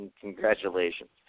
congratulations